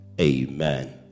Amen